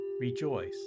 Rejoice